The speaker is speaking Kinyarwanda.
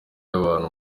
abantu